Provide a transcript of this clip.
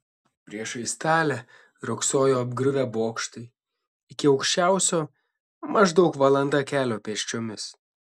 priešais talę riogsojo apgriuvę bokštai iki aukščiausio maždaug valanda kelio pėsčiomis